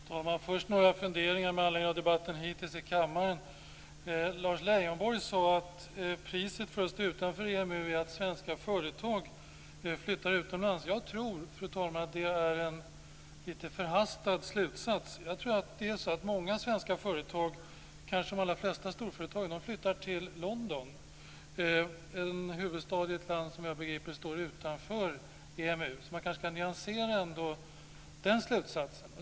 Fru talman! Först några funderingar med anledning av debatten hittills i kammaren. Lars Leijonborg sade att priset för att stå utanför EMU är att svenska företag flyttar utomlands. Jag tror, fru talman, att det är en lite förhastad slutsats. Jag tror att många svenska företag, kanske de allra flesta storföretag, flyttar till London - en huvudstad i ett land som vad jag förstår står utanför EMU, så man kanske kan nyansera den slutsatsen.